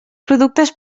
productes